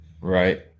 right